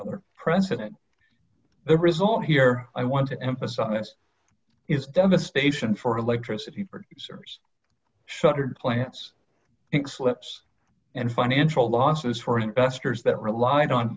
other precedent the result here i want to emphasize is devastation for electricity producers shuttered plants in clips and financial losses for investors that relied on